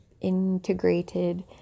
integrated